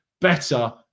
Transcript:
better